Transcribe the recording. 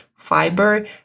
fiber